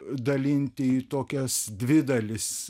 dalinti į tokias dvi dalis